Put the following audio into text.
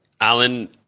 Alan